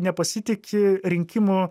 nepasitiki rinkimų